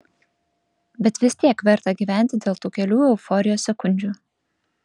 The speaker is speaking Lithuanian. bet vis tiek verta gyventi dėl tų kelių euforijos sekundžių